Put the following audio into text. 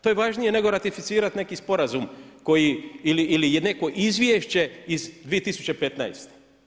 To je važnije nego ratificirati neki sporazum koji, ili neko izvješće iz 2015.